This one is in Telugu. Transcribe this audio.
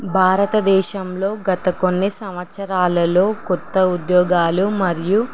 భారతదేశంలో గత కొన్ని సంవత్సరాలలో కొత్త ఉద్యోగాలు మరియు